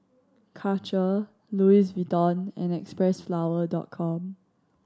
Karcher Louis Vuitton and Xpressflower Dot Com